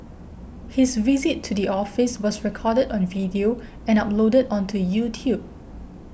his visit to the office was recorded on video and uploaded onto YouTube